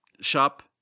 shop